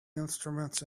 instruments